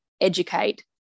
educate